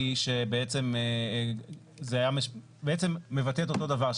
שבעצם מבטא את אותו דבר.